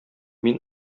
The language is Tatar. мин